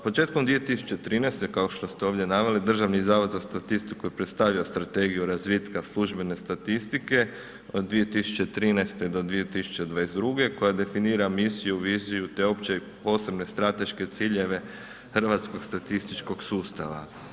Početkom 2013. kao što ste ovdje naveli, Državni zavod za statistiku je predstavio Strategiju razvitka službene statistike od 2013. do 2022. koja definira misiju, viziju te opće i posebne strateške ciljeve hrvatskog statističkog sustava.